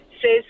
says